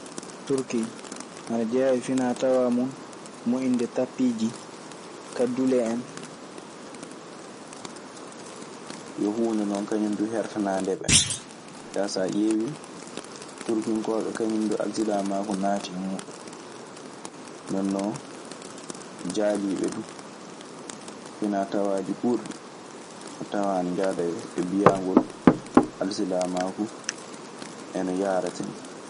Turki anajea e fina tawa mun moyinde tapiji, kaddule hen. Yo huunde non kañun du hertanaande ɓe, kaa so a ƴeewii turkinkooɓe kañun du alsilaamaaku naatii e muuɗun. Nden non jaalii ɓe du. Finaa tawaaji kuurɗi a tawan ana njahda e biyaangol alsilaamaaku e no yahrata nii.